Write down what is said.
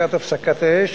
לקראת הפסקת האש,